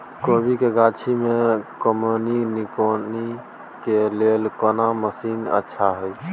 कोबी के गाछी में कमोनी निकौनी के लेल कोन मसीन अच्छा होय छै?